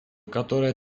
которая